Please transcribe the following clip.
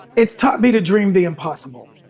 it's taught me to dream the impossible.